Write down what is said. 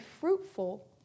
fruitful